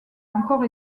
encore